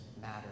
matter